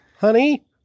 honey